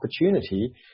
opportunity